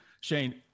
Shane